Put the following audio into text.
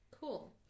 Cool